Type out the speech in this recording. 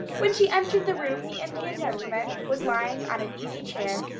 when she entered the room the indian gentleman was lying on an easy chair,